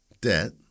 debt